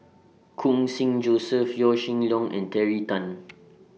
Khun Sing Joseph Yaw Shin Leong and Terry Tan